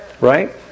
right